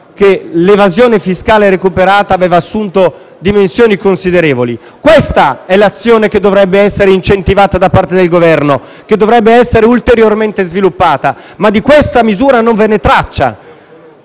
che l'evasione fiscale recuperata aveva assunto dimensioni considerevoli. Questa è l'azione che dovrebbe essere incentivata da parte del Governo e che dovrebbe essere ulteriormente sviluppata, ma di questa misura non vi è traccia.